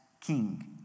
king